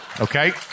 Okay